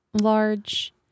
large